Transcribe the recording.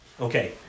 okay